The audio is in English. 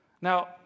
Now